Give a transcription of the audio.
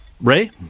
Ray